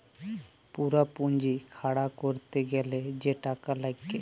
পুরা পুঁজি খাড়া ক্যরতে গ্যালে যে টাকা লাগ্যে